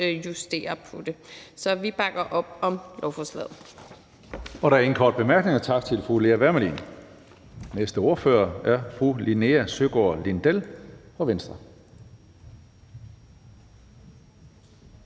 justerer på det. Så vi bakker op om lovforslaget.